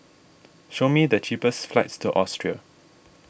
show me the cheapest flights to Austria